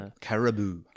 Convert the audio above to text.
caribou